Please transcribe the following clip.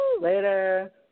Later